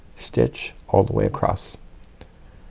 stitch all the way across